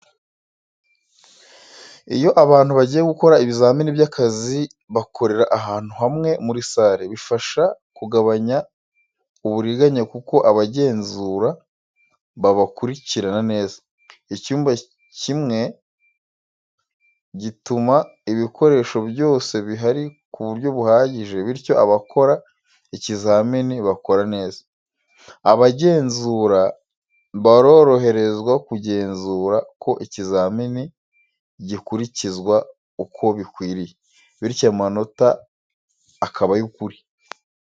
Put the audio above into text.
Iyo abantu bagiye gukora ibizamini by’akazi bakorera ahantu hamwe muri sale, bifasha kugabanya uburiganya kuko abagenzura babakurikirana neza. Icyumba kimwe gituma ibikoresho byose bihari ku buryo buhagije, bityo abakora ikizamini bakora neza. Abagenzura baroroherezwa kugenzura ko ikizamini gikurikizwa uko bikwiriye, bityo amanota akaba ay’ukuri.